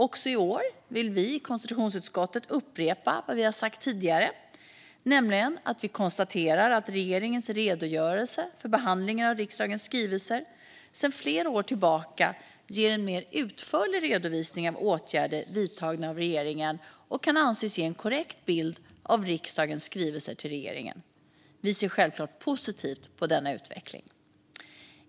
Också i år vill vi i konstitutionsutskottet upprepa vad vi har sagt tidigare, nämligen att vi konstaterar att regeringens redogörelse för behandlingen av riksdagens skrivelser sedan flera år tillbaka ger en mer utförlig redovisning av åtgärder vidtagna av regeringen och kan anses ge en korrekt bild av riksdagens skrivelser till regeringen. Vi ser självklart positivt på denna utveckling.